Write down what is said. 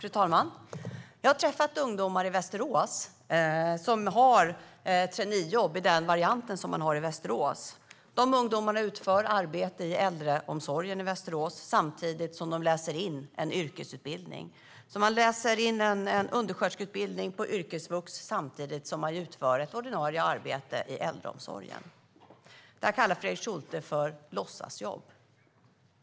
Fru talman! Jag har träffat ungdomar i Västerås som har traineejobb i den variant som man har i Västerås. De ungdomarna utför arbete i äldreomsorgen i Västerås samtidigt som de läser in en yrkesutbildning. De läser in en undersköterskeutbildning på yrkesvux samtidigt som de utför ett ordinarie arbete i äldreomsorgen. Det kallar Fredrik Schulte låtsasjobb.